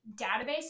database